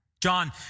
John